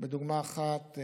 בדוגמה אחת,